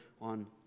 on